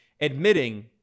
admitting